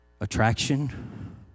attraction